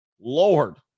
Lord